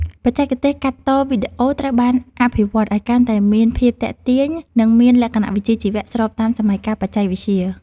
បច្ចេកទេសកាត់តវីដេអូត្រូវបានអភិវឌ្ឍឱ្យកាន់តែមានភាពទាក់ទាញ និងមានលក្ខណៈវិជ្ជាជីវៈស្របតាមសម័យកាលបច្ចេកវិទ្យា។